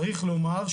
צריך לומר,